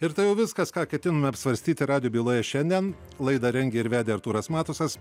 ir tai jau viskas ką ketinome apsvarstyti radijo byloje šiandien laidą rengė ir vedė artūras matusas